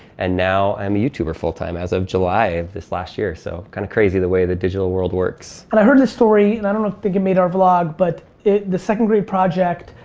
and now i'm a youtuber full time, as of july of this last year, so kinda crazy the way the digital world works. and i heard this story, and i don't think it made our vlog, but the second grade project,